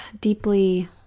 deeply